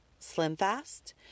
SlimFast